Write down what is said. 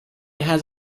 has